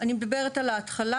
אני מדברת על ההתחלה,